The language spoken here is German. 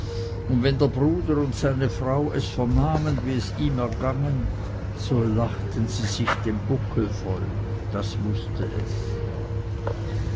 und wenn der bruder und seine frau es vernahmen wie es ihm ergangen so lachten sie sich den buckel voll das wußte es